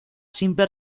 simple